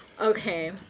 Okay